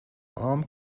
عام